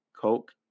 Coke